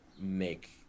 make